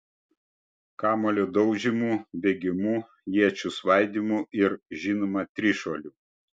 kamuolio daužymu bėgimu iečių svaidymu ir žinoma trišuoliu